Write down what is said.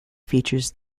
features